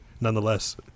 nonetheless